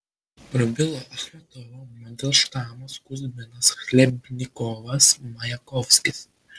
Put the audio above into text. prabilo achmatova mandelštamas kuzminas chlebnikovas majakovskis